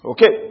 Okay